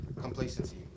Complacency